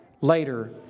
later